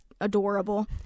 adorable